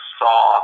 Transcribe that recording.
saw